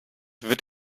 wird